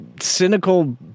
cynical